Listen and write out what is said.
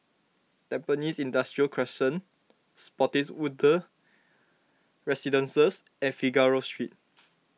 Tampines Industrial Crescent Spottiswoode Residences and Figaro Street